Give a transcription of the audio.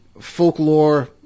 folklore